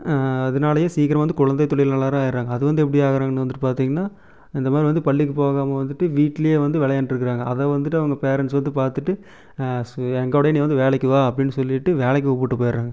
அதனாலே சீக்கிரம் வந்து கொழந்தை தொழிலாளராக ஆயிடறாங்க அது வந்து எப்படி ஆகிறாங்க வந்து பார்த்திங்கனா அந்த மாதிரி வந்து பள்ளிக்கு போகாமல் வந்துட்டு வீட்டில் வந்து விளையாண்ட்டுருக்காங்க அதை வந்துட்டு அவங்க பேரெண்ட்ஸ் வந்து பார்த்துட்டு எங்களோடேயே நீ வந்து வேலைக்கு வா அப்படினு சொல்லிவிட்டு வேலைக்கு கூட்டி போயிடறாங்க